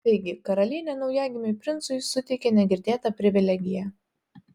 taigi karalienė naujagimiui princui suteikė negirdėtą privilegiją